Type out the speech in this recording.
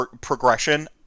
progression